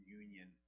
union